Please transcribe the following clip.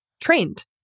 trained